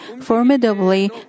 formidably